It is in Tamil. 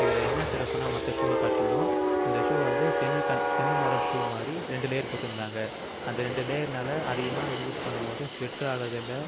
இதில் என்ன சிறப்புனால் மற்ற ஷூவை காட்டிலும் இந்த ஷூவை வந்து செமி செமி மாடல் ஷூ மாதிரி ரெண்டு லேயர் குடுத்துருந்தாங்க அந்த ரெண்டு லேயர்னால அதிகமாக இது யூஸ் பண்ணும்போது ஸ்வெட்டாறதில்லை